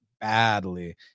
badly